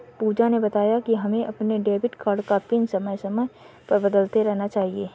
पूजा ने बताया कि हमें अपने डेबिट कार्ड का पिन समय समय पर बदलते रहना चाहिए